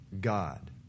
God